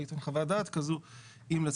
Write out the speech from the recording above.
אם הייתה